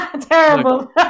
Terrible